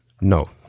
No